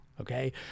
Okay